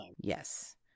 Yes